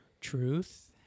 truth